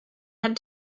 had